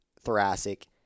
thoracic